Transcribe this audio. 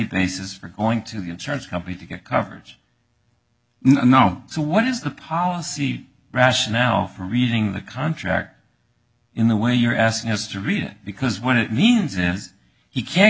for going to the insurance company to get coverage no so what is the policy rationale for reading the contract in the way you're asking us to read it because what it means is he can't